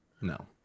No